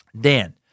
Dan